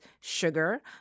sugar